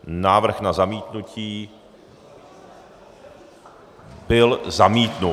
Návrh na zamítnutí byl zamítnut.